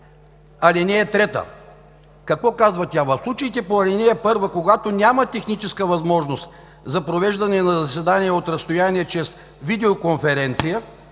ал. 3. Какво казва тя? В случаите по ал. 1, когато няма техническа възможност за провеждане на заседание от разстояние чрез видеоконференция,